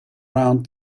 round